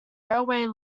railway